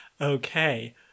okay